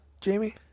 Jamie